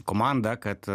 komandą kad